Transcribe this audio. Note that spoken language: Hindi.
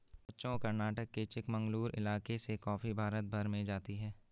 बच्चों कर्नाटक के चिकमंगलूर इलाके से कॉफी भारत भर में जाती है